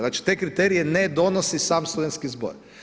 Znači, te kriterije ne donosi sam studentski zbor.